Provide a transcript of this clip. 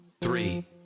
three